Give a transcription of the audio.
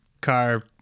car